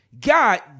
God